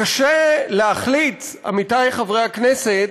קשה להחליט, עמיתי חברי הכנסת,